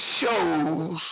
shows